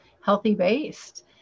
healthy-based